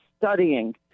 studying